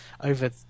over